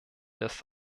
des